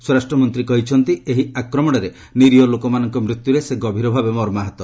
ସ୍ୱରାଷ୍ଟ୍ର ମନ୍ତ୍ରୀ କହିଛନ୍ତି ଏହି ଆକ୍ରମଣରେ ନିରୀହ ଲୋକମାନଙ୍କ ମୃତ୍ୟୁରେ ସେ ଗଭୀରଭାବେ ମର୍ମାହତ